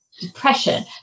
depression